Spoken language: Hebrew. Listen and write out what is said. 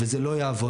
וזה לא יעבוד.